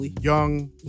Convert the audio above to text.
young